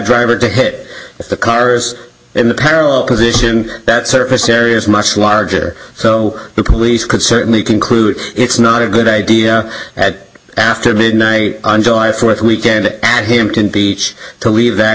driver to hit the cars in the parallel position that surface area is much larger so the police could certainly conclude it's not a good idea at after midnight on july fourth weekend at hampton beach to leave that